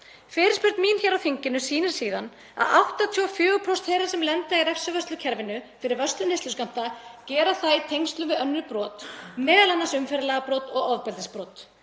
Fyrirspurn mín hér á þinginu sýnir síðan að 84% þeirra sem lenda í refsivörslukerfinu fyrir vörslu neysluskammta gera það í tengslum við önnur brot, m.a. umferðarlagabrot og ofbeldisbrot.